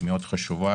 מאוד חשובה